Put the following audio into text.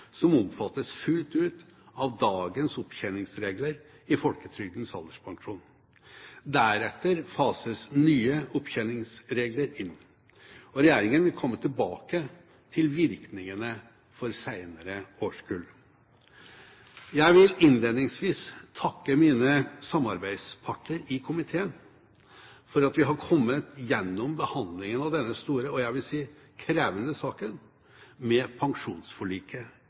som omfattes fullt ut av dagens opptjeningsregler i folketrygdens alderspensjon. Deretter fases nye opptjeningsregler inn. Regjeringen vil komme tilbake til virkningene for senere årskull. Jeg vil innledningsvis takke mine samarbeidsparter i komiteen for at vi har kommet gjennom behandlingen av denne store, og jeg vil si krevende saken, med pensjonsforliket